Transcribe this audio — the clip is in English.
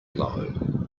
low